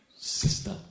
sister